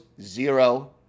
Zero